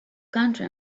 country